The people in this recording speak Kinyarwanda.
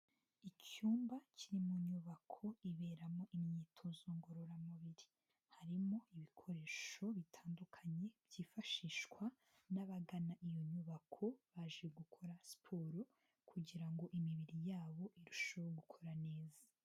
Icyumba kiri mu nyubako iberamo imyitozo ngororamubiri. Harimo ibikoresho bitandukanye byifashishwa n'abagana iyo nyubako baje gukora siporo kugira ngo imibiri yabo irusheho gukora neza.